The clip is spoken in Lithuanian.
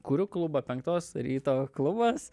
kuriu klubą penktos ryto klubas